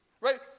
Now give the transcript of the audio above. right